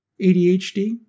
ADHD